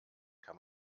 kann